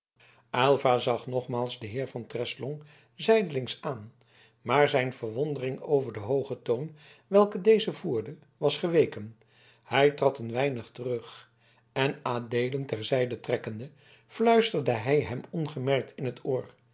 aylva zag nogmaals den heer van treslong zijdelings aan maar zijn verwondering over den hoogen toon welken deze voerde was geweken hij trad een weinig terug en adeelen ter zijde trekkende fluisterde hij hem ongemerkt in t oor